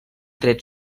dret